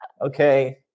Okay